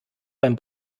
beim